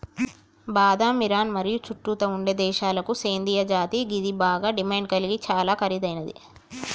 బాదం ఇరాన్ మరియు చుట్టుతా ఉండే దేశాలకు సేందిన జాతి గిది బాగ డిమాండ్ గలిగి చాలా ఖరీదైనది